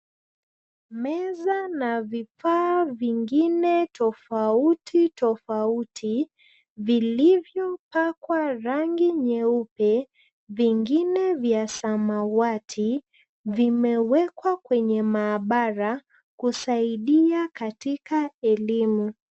Meza na vifaa vingine tofauti tofauti vilivyopakwa rangi nyeupe, vingine vya samawati vimewekwa kwenye maabara kusaidia katika elimu.